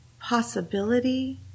possibility